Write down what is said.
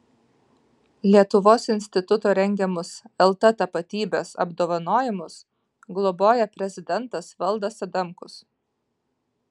lietuvos instituto rengiamus lt tapatybės apdovanojimus globoja prezidentas valdas adamkus